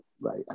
Right